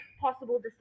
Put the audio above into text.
possible